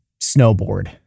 snowboard